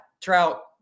Trout